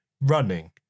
running